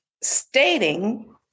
stating